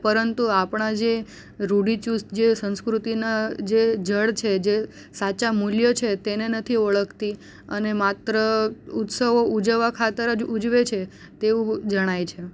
પરંતુ આપણા જે રુઢીચુસ્ત જે સંસ્કૃતિના જે જડ છે જે સાચા મૂલ્યો છે તેને નથી ઓળખતી અને માત્ર ઉત્સવો ઉજવવા ખાતર જ ઉજવે છે તેવું જણાય છે